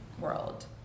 world